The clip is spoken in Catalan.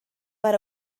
per